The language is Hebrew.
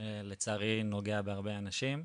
לצערי נוגע בהרבה אנשים.